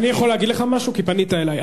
אני יכול להגיד לך משהו כי פנית אלי?